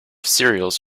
cereals